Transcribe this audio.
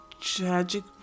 tragic